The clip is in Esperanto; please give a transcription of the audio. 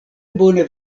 bone